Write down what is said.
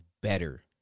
better